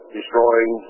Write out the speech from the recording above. destroying